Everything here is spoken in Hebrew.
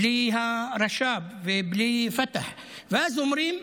בלי הרש"פ ובלי פת"ח, ואז אומרים: